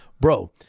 Bro